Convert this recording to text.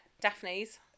Daphne's